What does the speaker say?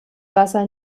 wasser